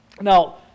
Now